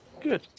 Good